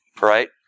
right